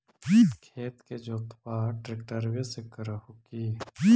खेत के जोतबा ट्रकटर्बे से कर हू की?